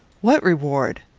what reward?